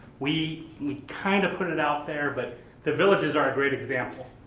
we we kind of put it out there, but the villages are a great example.